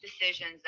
decisions